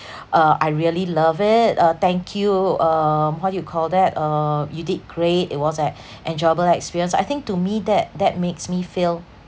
uh I really love it uh thank you um what do you call that uh you did great it was an enjoyable experience I think to me that that makes me feel